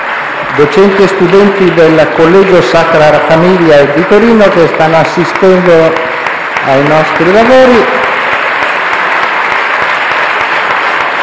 studenti e docenti del collegio «Sacra Famiglia» di Torino, che stanno assistendo ai nostri lavori.